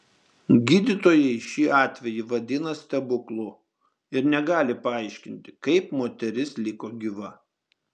gydytojai šį atvejį vadina stebuklu ir negali paaiškinti kaip moteris liko gyva